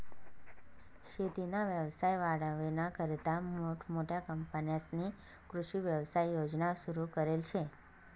शेतीना व्यवसाय वाढावानीकरता मोठमोठ्या कंपन्यांस्नी कृषी व्यवसाय योजना सुरु करेल शे